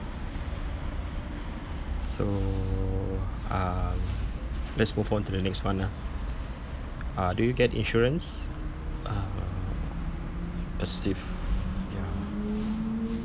so uh let's move on to the next one lah uh do you get insurance uh ya